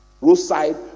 roadside